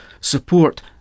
support